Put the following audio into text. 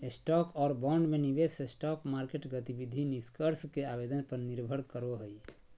stock और bond में निवेश स्टॉक मार्केट गतिविधि निष्कर्ष के आवेदन पर निर्भर करो हइ